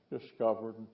discovered